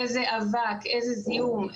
איזה אבק, איזה זיהום.